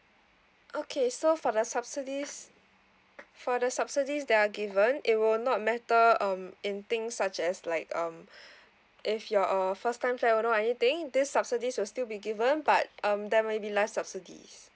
okay so for the subsidies for the subsidies that are given it will not matter um in things such as like um if you're a first time flat owner or anything these subsidies will still be given but um there maybe less subsidies